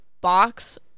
box